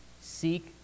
seek